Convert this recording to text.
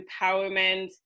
empowerment